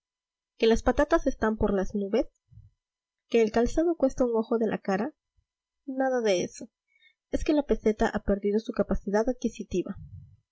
que las patatas están por las nubes que el calzado cuesta un ojo de la cara nada de eso es que la peseta ha perdido su capacidad adquisitiva